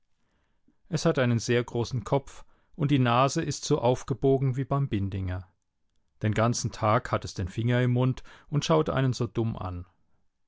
es hat einen sehr großen kopf und die nase ist so aufgebogen wie beim bindinger den ganzen tag hat es den finger im mund und schaut einen so dumm an